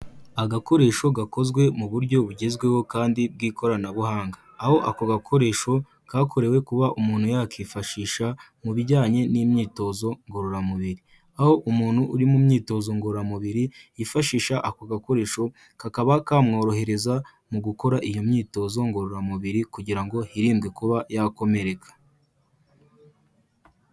Agakoresho gakozwe mu buryo bugezweho kandi bw'ikoranabuhanga, aho ako gakoresho ka korewe kuba umuntu yakifashisha mu bijyanye n'imyitozo ngororamubiri, aho umuntu uri mu myitozo ngororamubiri, yifashisha ako gakoresho kakaba kamworohereza mu gukora iyo myitozo ngororamubiri, kugira ngo hirinde kuba yakomereka.